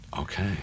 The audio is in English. Okay